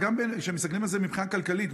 גם כשמסתכלים על זה מבחינה כלכלית,